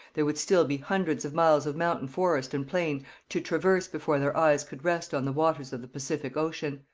there would still be hundreds of miles of mountain forest and plain to traverse before their eyes could rest on the waters of the pacific ocean.